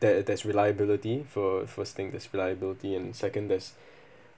that there's reliability for first thing that's reliability and second there's